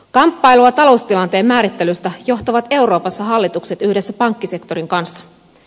kamppailua taloustilanteen määrittelystä johtavat euroopassa hallitukset yhdessä pankkisektorin kanssa